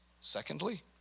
Secondly